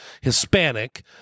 Hispanic